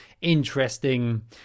Interesting